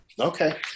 Okay